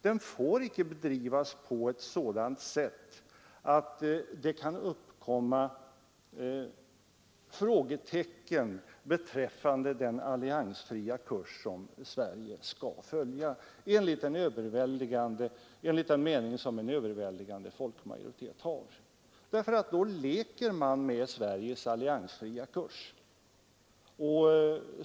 Den får icke bedrivas på ett sådant sätt att det kan uppkomma frågetecken beträffande den alliansfria kurs som Sverige skall följa enligt den mening som en överväldigande folkmajoritet har, för då leker man med Sveriges alliansfria kurs.